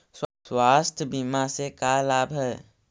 स्वास्थ्य बीमा से का लाभ है?